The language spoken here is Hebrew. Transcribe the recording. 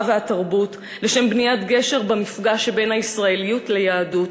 והתרבות לשם בניית גשר במפגש שבין הישראליות ליהדות